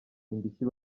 indishyi